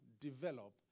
develop